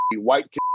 white